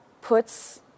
puts